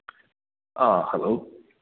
ꯑꯥ hello